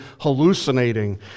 hallucinating